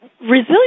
resilient